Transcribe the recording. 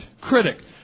Critic